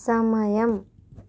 సమయం